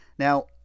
Now